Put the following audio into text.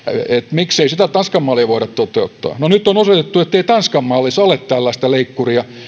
miksei sitä tanskan mallia voida toteuttaa no nyt on osoitettu ettei tanskan mallissa ole tällaista leikkuria jossa